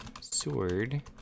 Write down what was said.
Sword